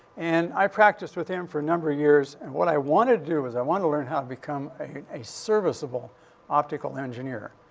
and i practiced with him for a number of years. and what i wanted to do was i wanted to learn how to become a serviceable optical engineer.